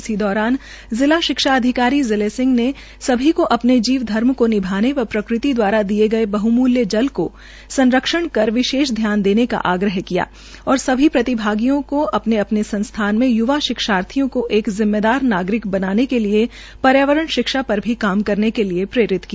इसी दौरान जिला शिक्षा अधिकारी जिले सिंह ने सभी को अ ने जीव धर्म को निभाने व प्रकृति द्वारा दिए गये बहमूल्य जल के संरक्षण र विशेष घ्यान देने का आग्रह किया और सभी प्रतिभगियों को अ ने अ ने संस्थान में य्वा शिक्षार्थियों को एक जिम्मेदार नागरिक बनाने के लिये र्यावरण र भी काम करने के लिये प्रेरित किया